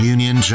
Union